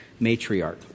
matriarch